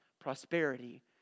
prosperity